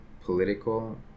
political